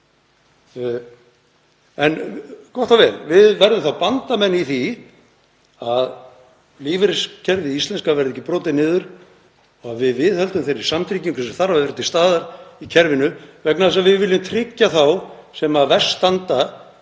En gott og vel. Við verðum þá bandamenn í því að lífeyriskerfið íslenska verði ekki brotið niður og að við viðhöldum þeirri samtryggingu sem þarf að vera til staðar í kerfinu vegna þess að við viljum tryggja þá sem verst standa